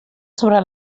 sobre